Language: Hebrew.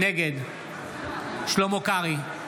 נגד שלמה קרעי,